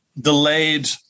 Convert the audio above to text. delayed